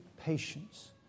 patience